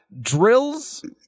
drills